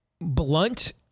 blunt